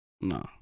No